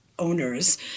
owners